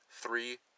three